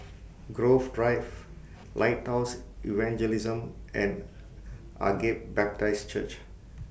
Grove Drive Lighthouse Evangelism and Agape Baptist Church